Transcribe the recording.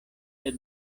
sed